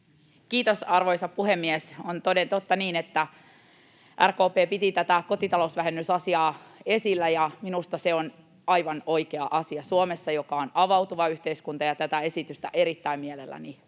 Kiitos, arvoisa puhemies! On toden totta niin, että RKP piti tätä kotitalousvähennysasiaa esillä, ja minusta se on aivan oikea asia Suomessa, joka on avautuva yhteiskunta, ja tätä esitystä erittäin mielelläni